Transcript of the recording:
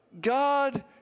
God